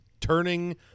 turning